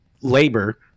labor